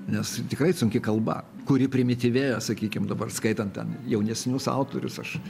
nes tikrai sunki kalba kuri primityvėja sakykim dabar skaitant ten jaunesnius autorius aš